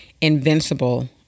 invincible